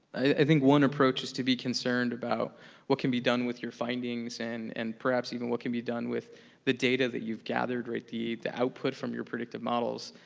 ah one approach is to be concerned about what can be done with your findings and and perhaps even what can be done with the data that you've gathered, right, the the output from your predictive models.